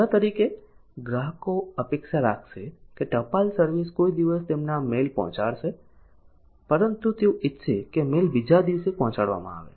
દાખલા તરીકે ગ્રાહકો અપેક્ષા રાખશે કે ટપાલ સર્વિસ કોઈ દિવસ તેમનો મેઈલ પહોંચાડશે પરંતુ તેઓ ઈચ્છશે કે મેલ બીજા દિવસે પહોંચાડવામાં આવે